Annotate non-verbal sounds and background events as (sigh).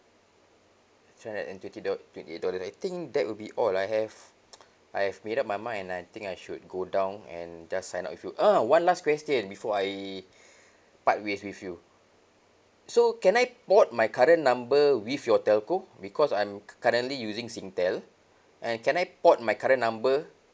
three hundred and twenty doll~ twenty eight dollar and I think that would be all I have (noise) I've made up my mind I think I should go down and just sign up with you ah one last question before I (breath) part ways with you so can I port my current number with your telco because I'm currently using Singtel and can I port my current number